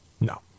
No